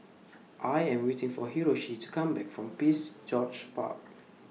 I Am waiting For Hiroshi to Come Back from Prince George's Park